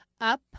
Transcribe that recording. Up